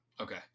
Okay